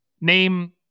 Name